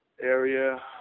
area